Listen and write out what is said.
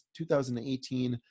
2018